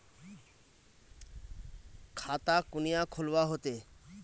खाता कुनियाँ खोलवा होते?